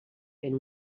fent